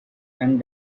and